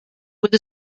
with